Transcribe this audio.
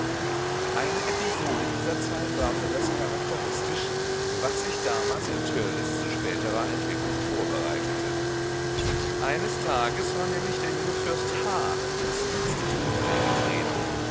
eine episode dieser zeit war für das charakteristisch was sich damals in törleß zu späterer entwicklung vorbereitete eines tages war nämlich der junge fürst h ins institut eingetreten